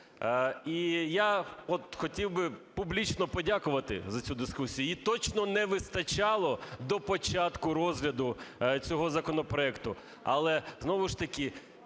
І я от хотів би публічно подякувати за цю дискусію. Її точно не вистачало до початку розгляду цього законопроекту. Але, знову ж таки,